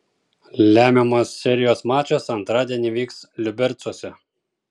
lemiamas serijos mačas antradienį vyks liubercuose